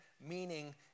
meaning